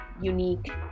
unique